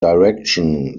direction